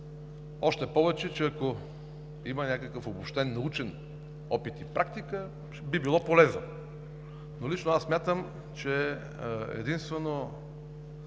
още повече че, ако има някакъв обобщен научен опит и практика, би било полезно. Но лично аз смятам, че единствено